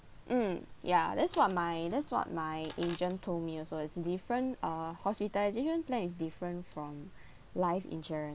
mm ya that's what my that's what my agent told me also is different uh hospitalisation plan is different from life insurance